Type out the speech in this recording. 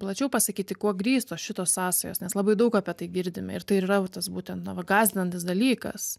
plačiau pasakyti kuo grįstos šitos sąsajos nes labai daug apie tai girdime ir tai ir yra va tas būtent na va gąsdinantis dalykas